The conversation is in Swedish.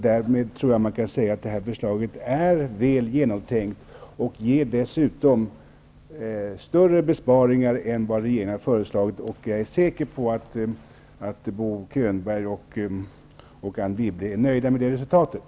Därmed tror jag att man kan säga att det här förslaget är väl genomtänkt och dessutom ger större besparingar än vad regeringen har föreslagit. Och jag är säker på att Bo Könberg och Anne Wibble är nöjda med det resultatet.